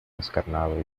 descarnado